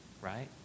right